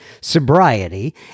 sobriety